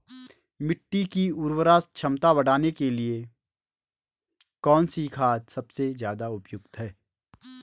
मिट्टी की उर्वरा क्षमता बढ़ाने के लिए कौन सी खाद सबसे ज़्यादा उपयुक्त है?